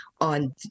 on